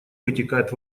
вытекает